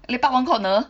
lepak one corner